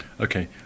Okay